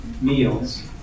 meals